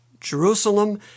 Jerusalem